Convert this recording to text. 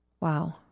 wow